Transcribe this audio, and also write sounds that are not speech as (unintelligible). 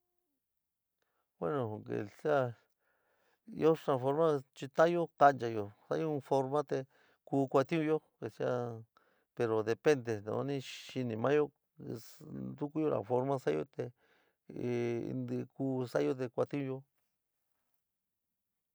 Bueno, (unintelligible) ɨó xaán formade chita'anyo kancháyo sa'ayo in forma te ku kuati'unyo que sea pero depende no ni xiní maáyo ntukuyó na forma sa'ayo te (hesitation) in ntɨí ku sa'ayo te kuatiúnyo.